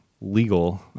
legal